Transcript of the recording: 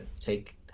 take